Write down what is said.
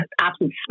absolute